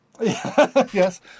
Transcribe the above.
Yes